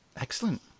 Excellent